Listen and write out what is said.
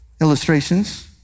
illustrations